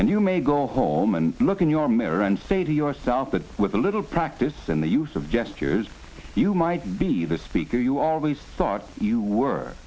and you may go home and look in your mirror and say to yourself that with a little practice in the use of gestures you might be the speaker you always thought you were